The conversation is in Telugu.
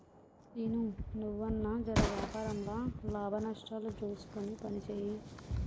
సీనూ, నువ్వన్నా జెర వ్యాపారంల లాభనష్టాలు జూస్కొని పనిజేయి